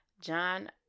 John